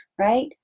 right